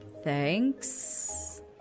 Thanks